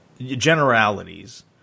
generalities